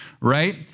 right